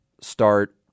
start